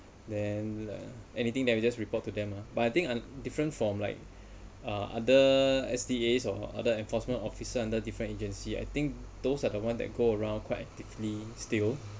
then anything that we just report to them lah but I think I'm different from like uh other S_T_As or other enforcement officer under different agency I think those are the ones that go around quite actively still